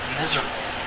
miserable